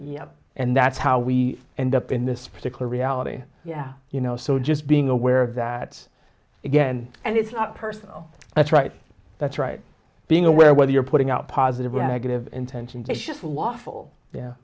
and that's how we end up in this particular reality yeah you know so just being aware of that again and it's not personal that's right that's right being aware whether you're putting out positive or negative intentions just lawful